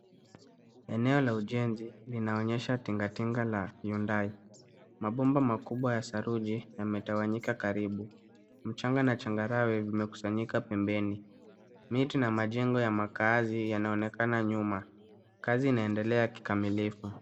Eneo la ujenzi, linaonyesha tingatinga la Hyundai. Mabomba makubwa ya saruji, yametawanyika karibu, mchanga na changarawe vimekusanyika pembeni, miti na majengo ya makaazi yanaonekana nyuma, kazi inaendelea ya kikamilifu.